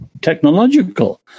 technological